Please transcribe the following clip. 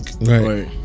right